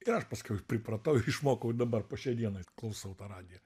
ir aš paskiau pripratau ir išmokau ir dabar po šiai dienai klausau tą radiją